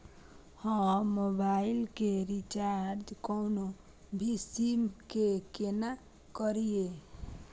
हम मोबाइल के रिचार्ज कोनो भी सीम के केना करिए?